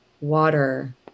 water